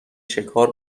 شکار